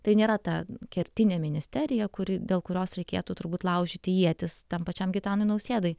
tai nėra ta kertinė ministerija kuri dėl kurios reikėtų turbūt laužyti ietis tam pačiam gitanui nausėdai